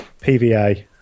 PVA